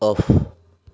off